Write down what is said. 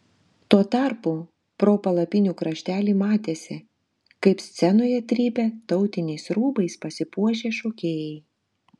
tuo tarpu pro palapinių kraštelį matėsi kaip scenoje trypia tautiniais rūbais pasipuošę šokėjai